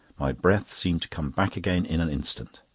my breath seemed to come back again in an instant.